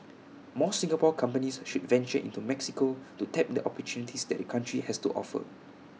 more Singapore companies should venture into Mexico to tap the opportunities that the country has to offer